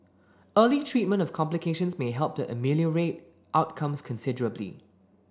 early treatment of complications may help to ameliorate outcomes considerably